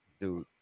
dude